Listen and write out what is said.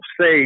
say